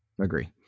Agree